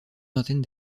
vingtaine